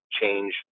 change